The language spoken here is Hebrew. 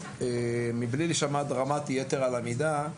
מבלי להישמע דרמטי יתר על המידה,